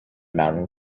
mountain